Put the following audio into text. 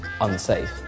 unsafe